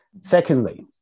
Secondly